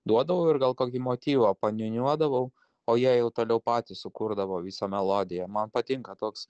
duodavau ir gal kokį motyvą paniūniuodavau o jie jau toliau patys sukurdavo visą melodiją man patinka toks